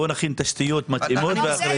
בוא נכין תשתיות מתאימות ואחרי זה.